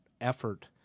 effort